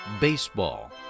baseball